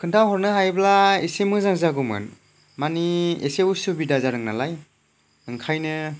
खोन्थाहरनो हायोब्ला एसे मोजां जागौमोन मानि एसे उसुबिदा जादों नालाय ओंखायनो